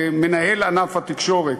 מנהל ענף התקשורת,